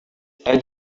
tell